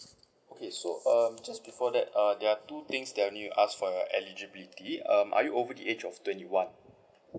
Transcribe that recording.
okay so um just before that uh there are two things that I need to ask for your eligibility um are you over the age of twenty one